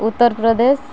Uttar Pradesh